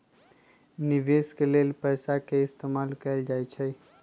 निवेश के लेल पैसा के इस्तमाल कएल जाई छई